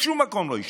בשום מקום לא ישתקו.